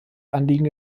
anliegen